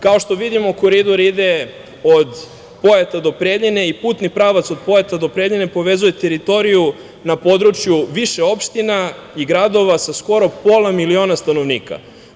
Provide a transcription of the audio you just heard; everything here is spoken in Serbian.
Kao što vidimo, koridor ide od Pojata do Preljine i putni pravac od Pojata do Preljine povezuje teritoriju na području više opština i gradova sa skoro pola miliona stanovnika.